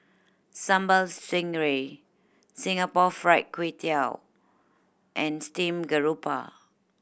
Sambal Stingray Singapore Fried Kway Tiao and steamed garoupa